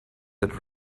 that